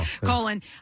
Colin